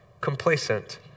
complacent